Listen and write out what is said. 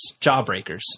jawbreakers